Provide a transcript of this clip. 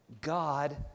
God